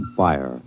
fire